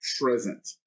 present